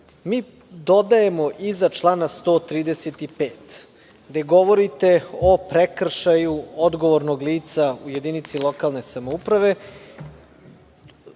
mi dodajemo iza člana 135. gde govorite o prekršaju odgovornog lica u jedinici lokalne samouprave,